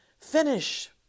finish